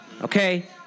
Okay